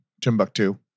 Timbuktu